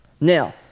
now